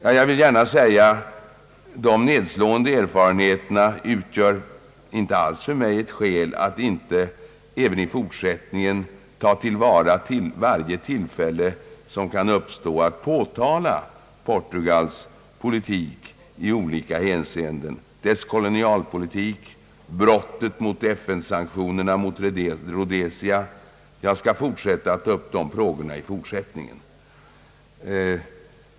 Jag vill gärna säga att dessa ned slående erfarenheter för mig inte alls utgör skäl att inte även i fortsättningen ta till vara varje tillfälle som kan uppstå att påtala Portugals politik i olika hänseenden, dess kolonialpolitik, brottet mot FN-sanktionerna mot Rhodesia. Jag skall fortsätta att ta upp de frågorna.